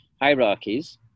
hierarchies